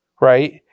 right